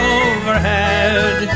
overhead